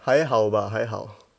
还好吧还好